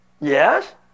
yes